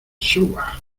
suba